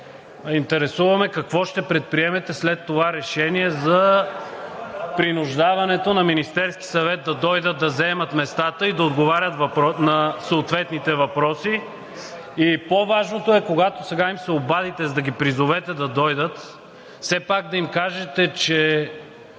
интересува ме какво ще предприемете след това решение за принуждаването на Министерския съвет да дойдат да заемат местата и да отговарят на съответните въпроси? И по-важното е, когато сега им се обадите, за да ги призовете да дойдат, все пак да им кажете, че